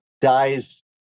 dies